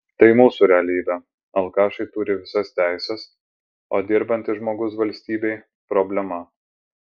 tai mūsų realybė alkašai turi visas teises o dirbantis žmogus valstybei problema